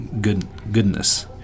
goodness